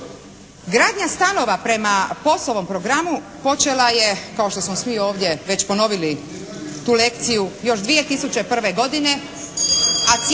Gradnja stanova prema POS-ovom programu počela je kao što smo svi već ovdje ponovili tu lekciju, još 2001. godine,